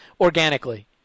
organically